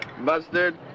mustard